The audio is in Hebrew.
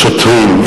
השוטרים,